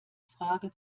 frage